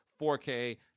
4K